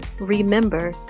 remember